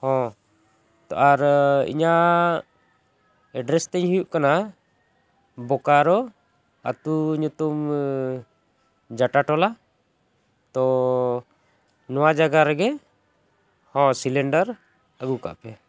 ᱦᱚᱸ ᱟᱨ ᱤᱧᱟᱹᱜ ᱮᱰᱨᱮᱥ ᱛᱤᱧ ᱦᱩᱭᱩᱜ ᱠᱟᱱᱟ ᱵᱳᱠᱟᱨᱳ ᱟᱛᱳ ᱧᱩᱛᱩᱢ ᱡᱟᱴᱟ ᱴᱚᱞᱟ ᱛᱚ ᱱᱚᱣᱟ ᱡᱟᱭᱜᱟ ᱨᱮᱜᱮ ᱦᱚᱸ ᱥᱤᱞᱤᱱᱰᱟᱨ ᱟᱹᱜᱩ ᱠᱟᱜ ᱯᱮ